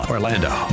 Orlando